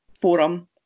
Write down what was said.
forum